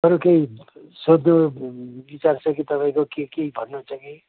अरू केही सोध्नु विचार छ कि तपाईँको कि केही भन्नु छ कि